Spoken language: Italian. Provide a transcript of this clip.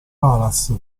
palace